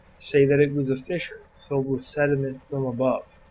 say that it was a fissure filled with sediment from above,